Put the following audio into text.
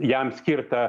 jam skirtą